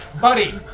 Buddy